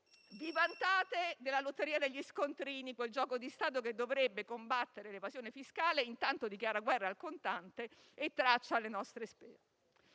Vi vantate, poi, della lotteria degli scontrini, quel gioco di Stato che dovrebbe combattere l'evasione fiscale e, intanto, dichiara guerra al contante e traccia le nostre spese.